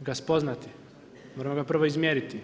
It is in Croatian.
ga spoznati, moramo prvo izmjeriti.